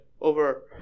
over